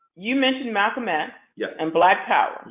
you mentioned malcolm x yeah and black power.